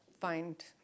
find